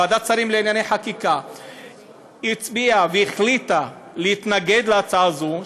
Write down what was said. ועדת שרים לענייני חקיקה הצביעה והחליטה להתנגד להצעה הזאת,